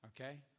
okay